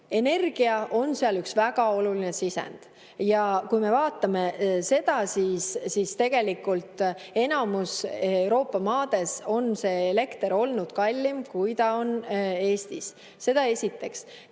Energia on seal üks väga oluline sisend ja kui me vaatame seda, siis tegelikult enamikus Euroopa maades on elekter olnud kallim, kui ta on Eestis. Seda esiteks.